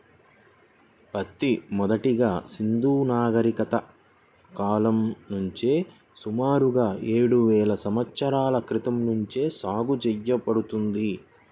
పత్తి మొదటగా సింధూ నాగరికత కాలం నుంచే సుమారుగా ఏడువేల సంవత్సరాల క్రితం నుంచే సాగు చేయబడింది